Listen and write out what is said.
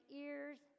ears